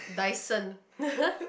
dyson